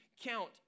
count